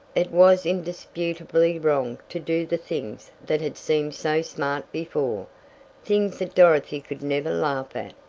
it was indisputably wrong to do the things that had seemed so smart before things that dorothy could never laugh at.